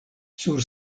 sur